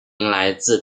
来自